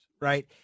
right